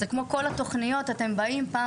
חשבתי שזה כמו כל התוכניות שהם באים פעם